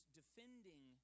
defending